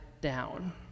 down